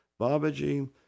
Babaji